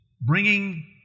bringing